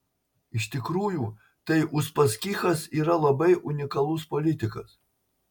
iš tikrųjų tai uspaskichas yra labai unikalus politikas